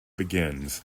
begins